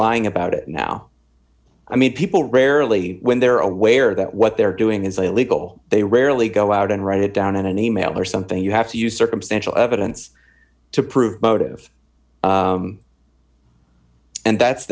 lying about it now i mean people rarely when they're aware that what they're doing is illegal they rarely go out and write it down in an e mail or something you have to use circumstantial evidence to prove motive and that's